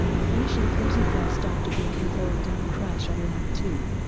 finishing thirty first after being involved in a crash on lap two.